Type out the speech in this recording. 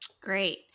Great